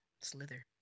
slither